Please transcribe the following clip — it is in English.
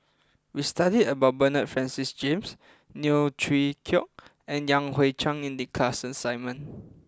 we studied about Bernard Francis James Neo Chwee Kok and Yan Hui Chang in the class assignment